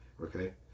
Okay